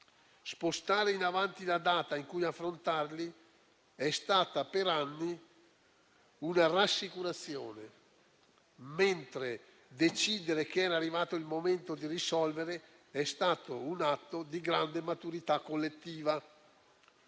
spostare in avanti la data in cui affrontarli è stata per anni una rassicurazione, mentre decidere che era arrivato il momento di risolvere è stato un atto di grande maturità collettiva.